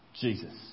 Jesus